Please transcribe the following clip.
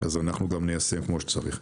אז אנחנו גם ניישם כמו שצריך.